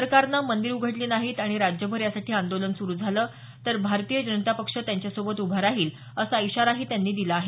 सरकारनं मंदिरं उघडली नाहीत आणि राज्यभर यासाठी आंदोलन सुरू झालं तर भारतीय जनता पक्ष त्यांच्यासोबत उभा राहिल असा इशाराही त्यांनी दिला आहे